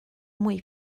mwy